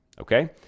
Okay